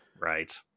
right